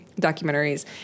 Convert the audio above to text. documentaries